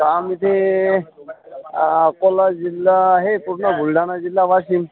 काम ते अकोला जिल्हा आहे पूर्ण बुलढाणा जिल्हा वाशिम